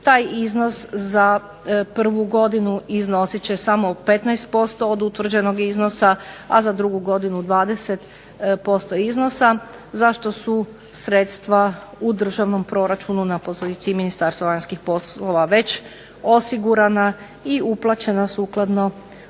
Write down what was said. taj iznos za prvu godinu iznosit će samo 15% od utvrđenog iznosa, a za drugu godinu 20% iznosa za što su sredstva u državnom proračunu na poziciji Ministarstva vanjskih poslova već osigurana i uplaćena sukladno